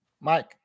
Mike